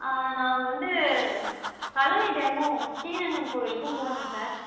ஆ நாங்கள் வந்து கல்லணை டேமும் ஸ்ரீரங்கம் கோவிலுக்கும் போகணும் சார்